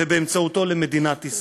ובאמצעותו, למדינת ישראל.